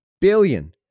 Billion